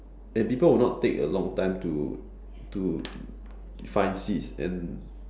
and people will not take a long time to to find seats and